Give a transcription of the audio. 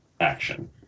action